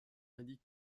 indique